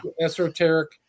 esoteric